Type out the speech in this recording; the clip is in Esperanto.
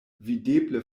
videble